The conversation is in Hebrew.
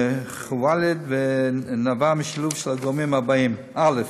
בח'וואלד נבעה משילוב של הגורמים הבאים: א.